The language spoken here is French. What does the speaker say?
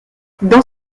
dans